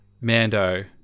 Mando